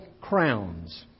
crowns